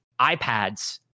iPads